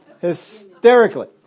hysterically